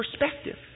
perspective